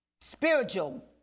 spiritual